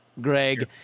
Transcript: Greg